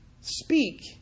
speak